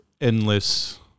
endless